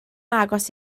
agos